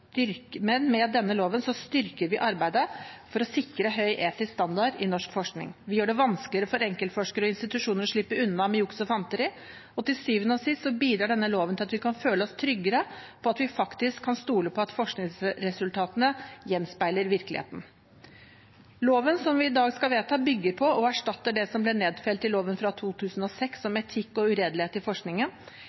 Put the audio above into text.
Men med denne loven styrker vi arbeidet for å sikre høy etisk standard i norsk forskning. Vi gjør det vanskeligere for enkeltforskere og institusjoner å slippe unna med juks og fanteri. Og til syvende og sist bidrar denne loven til at vi kan føle oss tryggere på at vi faktisk kan stole på at forskningsresultatene gjenspeiler virkeligheten. Loven som vi i dag skal vedta, bygger på og erstatter det som ble nedfelt i loven fra 2006 om etikk og redelighet i